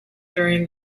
during